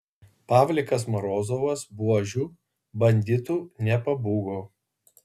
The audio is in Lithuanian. pavlikas morozovas buožių banditų nepabūgo